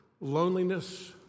loneliness